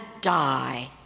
die